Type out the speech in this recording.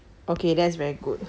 okay that's very good